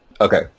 Okay